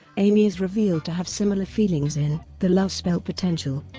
amy is revealed to have similar feelings in the love spell potential.